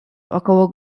około